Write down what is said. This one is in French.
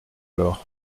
alors